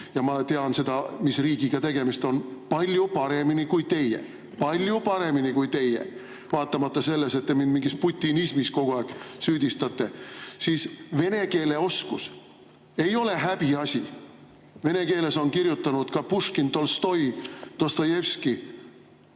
Ja ma tean seda, mis riigiga tegemist on, palju paremini kui teie. Palju paremini kui teie, vaatamata sellele, et te mind mingis putinismis kogu aeg süüdistate. Vene keeles on kirjutanud ka Puškin, Tolstoi, Dostojevski,